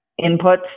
inputs